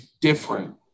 different